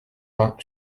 vingt